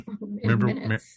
Remember